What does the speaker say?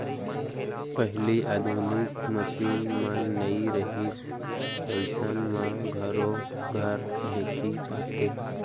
पहिली आधुनिक मसीन मन नइ रहिन अइसन म घरो घर ढेंकी पातें